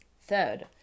Third